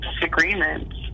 disagreements